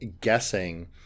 guessing